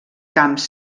camps